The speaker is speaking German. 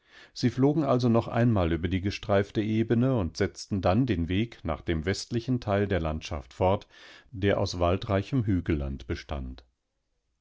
sie flogen also noch einmal über die gestreifte ebene und setzten dann den weg nach dem westlichen teil der landschaft fort der aus waldreichem hügelland bestand